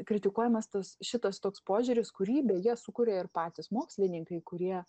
kritikuojamas tas šitas toks požiūris kurį beje sukūrė ir patys mokslininkai kurie